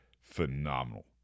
phenomenal